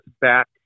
back